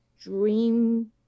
dream